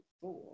four